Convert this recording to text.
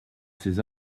ses